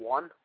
One